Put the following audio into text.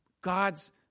God's